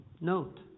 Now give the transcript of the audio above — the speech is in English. Note